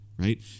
Right